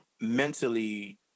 mentally